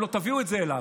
אם לא תביאו את זה אליו.